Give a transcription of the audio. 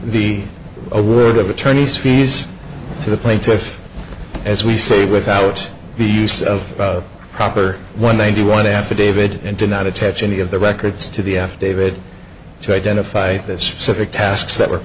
the a word of attorney's fees to the plaintiff as we say without the use of proper one ninety one affidavit and do not attach any of the records to the affidavit to identify the specific tasks that were